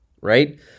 right